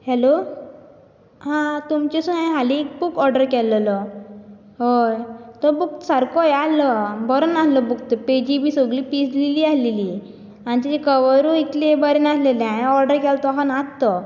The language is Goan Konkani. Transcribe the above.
हॅलो आ तुमचे सून हांवें हालीं एक बूक ऑर्डर केल्ललो हय तो बूक सारको हे आल्हो बरो नाल्हो बूक तो पेजीं बी सगल्यो पिजलेलीं आल्हेली आनी ताचें कवरूय इतलें बरें नाल्हेलें हांवें ऑर्डर केला तसो नात तो